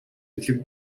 элэг